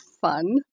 fun